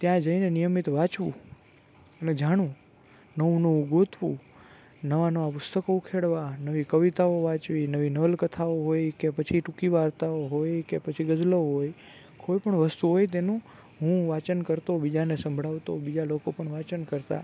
ત્યાં જઈને નિયમિત વાંચવું અને જાણવું નવું નવું ગોતવું નવાં નવાં પુસ્તકો ઉખેડવા નવી નવી કવિતાઓ વાંચવી નવી નવલકથાઓ હોય કે પછી ટૂંકી વાર્તાઓ હોય કે પછી ગઝલો હોય કોઈપણ વસ્તુ હોય તેનું હું વાંચન કરતો બીજાને સંભળાવતો બીજા લોકો પણ વાંચન કરતા